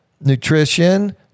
nutrition